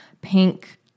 pink